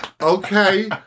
Okay